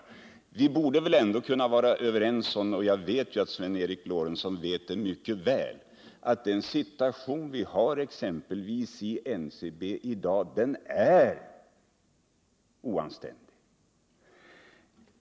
Vi borde kunna vara överens om — och jag vet att Sven Eric Lorentzon mycket väl känner till detta — att situationen när det gäller råvaruförsörjningen till exempelvis NCB:s industrier i dag är oanständig.